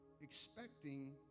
expecting